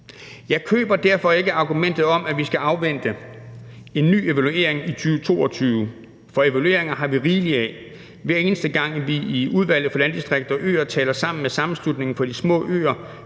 Jeg køber derfor ikke argumentet om, at vi skal afvente en ny evaluering i 2022, for evalueringer har vi rigeligt af. Hver eneste gang, vi i Udvalget for Landdistrikter og Øer taler sammen med Sammenslutningen af Danske Småøer,